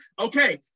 Okay